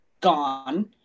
gone